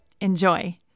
Enjoy